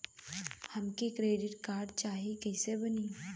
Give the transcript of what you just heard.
हमके credit card चाही कैसे बनी?